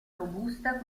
robusta